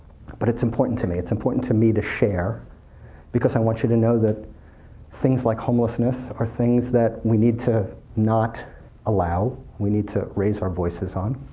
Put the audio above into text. but it's important to me. it's important to me to share because i want you to know that things like homelessness are things that we need to not allow, we need to raise our voices on.